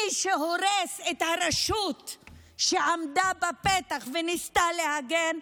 מי שהורס את הרשות שעמדה בפתח וניסתה להגן,